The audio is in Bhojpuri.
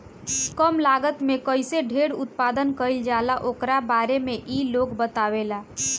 कम लागत में कईसे ढेर उत्पादन कईल जाला ओकरा बारे में इ लोग बतावेला